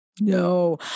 No